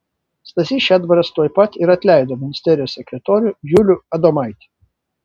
stasys šedbaras tuoj pat ir atleido ministerijos sekretorių julių adomaitį